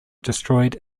destroyed